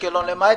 אגב,